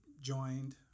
joined